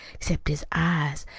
except his eyes,